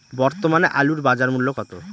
বর্তমানে আলুর বাজার মূল্য কত?